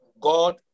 God